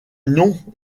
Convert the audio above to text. non